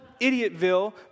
Idiotville